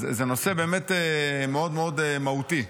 זה נושא באמת מאוד מאוד מהותי.